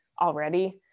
already